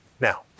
Now